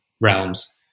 realms